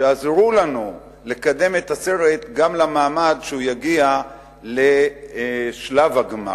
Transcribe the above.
שעזרו לנו לקדם את הסרט גם למעמד שהוא יגיע לשלב הגמר.